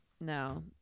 No